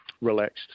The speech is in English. relaxed